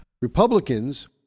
Republicans